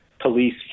police